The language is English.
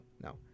no